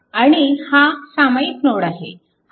आणि हा सामायिक नोड आहे